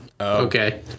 Okay